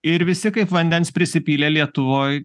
ir visi kaip vandens prisipylę lietuvoj